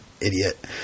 idiot